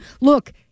Look